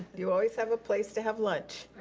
you always have a place to have lunch.